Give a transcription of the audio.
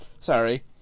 sorry